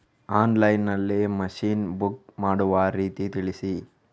Online ನಲ್ಲಿ machine book ಮಾಡುವ ರೀತಿ ತಿಳಿಸಿ?